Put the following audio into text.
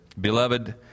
Beloved